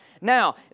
Now